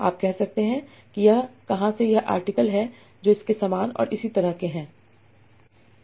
आप कह सकते हैं कि यह कहां से यह आर्टिकल है जो इसके समान और इसी तरह के हैं